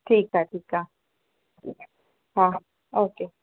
ठीक आ ठीक आहे हा ओके